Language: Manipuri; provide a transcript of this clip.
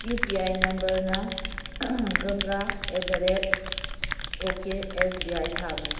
ꯏꯌꯨ ꯄꯤ ꯑꯥꯏ ꯅꯝꯕꯔꯅ ꯒꯪꯒꯥ at the rate okay S B I ꯊꯥꯕꯅꯤ